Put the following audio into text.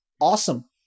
Awesome